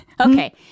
okay